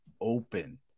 open